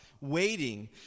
waiting